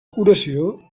curació